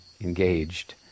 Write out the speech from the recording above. engaged